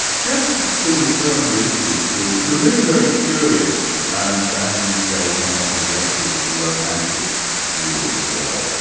just to return briefly to the really very curious and as you say somewhat neglected romantic view of war,